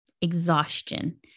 exhaustion